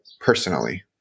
personally